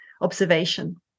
observation